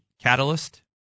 Catalyst